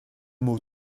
mots